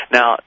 Now